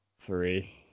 Three